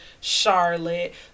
charlotte